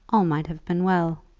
all might have been well.